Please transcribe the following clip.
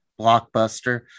blockbuster